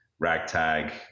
Ragtag